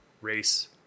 race